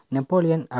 Napoleon